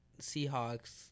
Seahawks